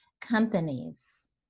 companies